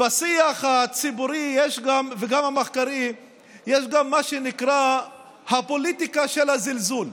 בשיח הציבורי וגם המחקרי יש גם מה שנקרא הפוליטיקה של הזלזול.